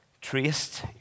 traced